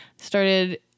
started